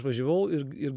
išvažiavau ir ir